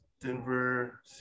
Denver